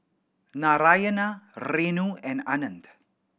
Narayana Renu and Anand